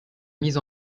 mise